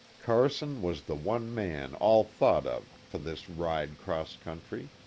carson was the one man all thought of for this ride cross country.